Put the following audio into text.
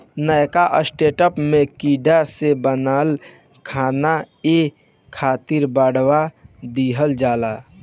नवका स्टार्टअप में कीड़ा से बनल खाना खाए खातिर बढ़ावा दिहल जाता